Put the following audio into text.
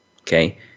okay